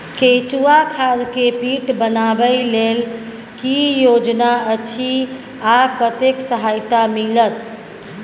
केचुआ खाद के पीट बनाबै लेल की योजना अछि आ कतेक सहायता मिलत?